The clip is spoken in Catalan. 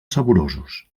saborosos